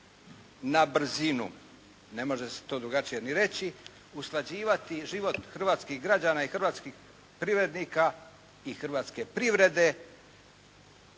na brzinu. Ne može se to drugačije ni reći usklađivati život hrvatskih građana i život hrvatskih privrednika i hrvatske privrede